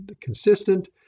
consistent